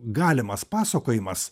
galimas pasakojimas